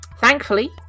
Thankfully